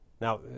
Now